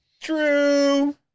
True